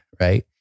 right